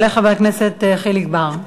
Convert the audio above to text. יעלה חבר הכנסת חיליק בר.